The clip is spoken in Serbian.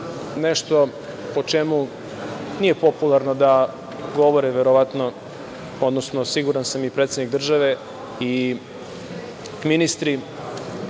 nešto o čemu nije popularno da govore verovatno, odnosno siguran sam, i predsednik države i ministri,